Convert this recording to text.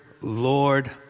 Lord